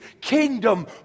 Kingdom